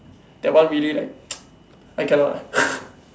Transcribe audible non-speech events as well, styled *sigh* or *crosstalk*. that one really like *noise* I cannot lah *laughs*